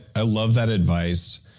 i love that advice,